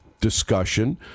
discussion